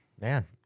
man